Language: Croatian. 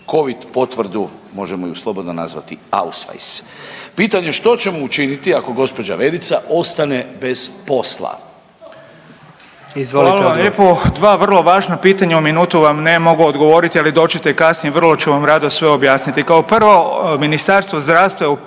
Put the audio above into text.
covid potvrdu, možemo ju slobodno nazvati ausvajs. Pitanje što ćemo učiniti ako gđa. Verica ostane bez posla?